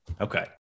Okay